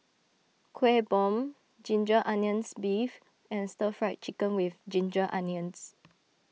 Kueh Bom Ginger Onions Beef and Stir Fried Chicken with Ginger Onions